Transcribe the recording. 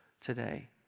today